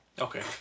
Okay